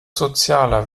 sozialer